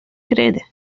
crede